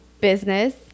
business